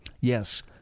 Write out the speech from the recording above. Yes